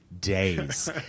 days